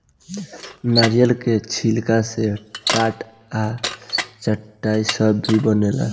नारियल के छिलका से टाट आ चटाई सब भी बनेला